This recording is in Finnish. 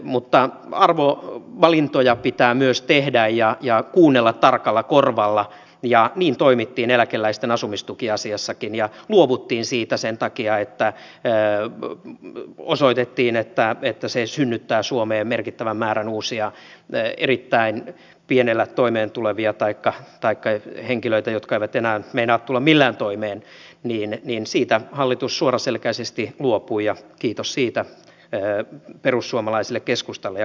mutta arvovalintoja pitää myös tehdä ja kuunnella tarkalla korvalla ja niin toimittiin eläkeläisten asumistukiasiassakin ja luovuttiin siitä sen takia että osoitettiin että se synnyttää suomeen merkittävän määrän uusia erittäin pienellä summalla toimeen tulevia taikka henkilöitä jotka eivät enää meinaa tulla millään toimeen ja siitä hallitus suoraselkäisesti luopui ja kiitos siitä perussuomalaisille keskustalle ja kokoomukselle